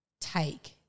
take